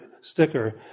Sticker